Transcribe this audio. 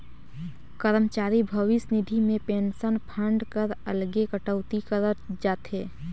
करमचारी भविस निधि में पेंसन फंड कर अलगे कटउती करल जाथे